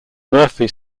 murphy